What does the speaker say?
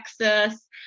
Texas